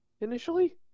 initially